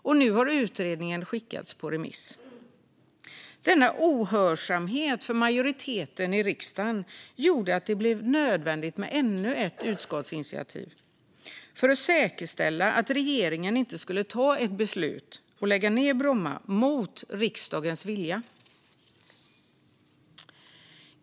Och nu har utredningen skickats ut på remiss. Denna ohörsamhet gentemot majoriteten i riksdagen gjorde att det blev nödvändigt med ännu ett utskottsinitiativ för att säkerställa att regeringen inte skulle ta ett beslut om att lägga ned Bromma mot riksdagens vilja.